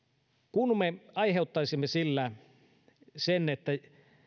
kun me aiheuttaisimme sillä sen että